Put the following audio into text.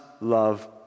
love